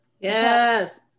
Yes